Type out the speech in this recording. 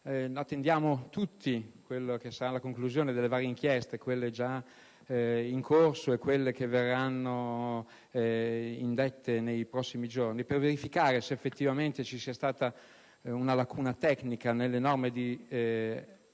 Attendiamo tutti la conclusione delle varie inchieste, quelle in corso e quelle che saranno aperte nei prossimi giorni per verificare se effettivamente ci sia stata una lacuna tecnica nelle norme di